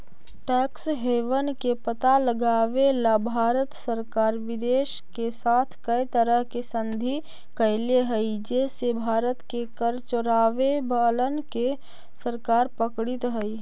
tax haven के पता लगावेला भारत सरकार विदेश के साथ कै तरह के संधि कैले हई जे से भारत के कर चोरावे वालन के सरकार पकड़ित हई